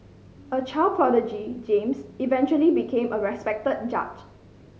a child prodigy James eventually became a respected judge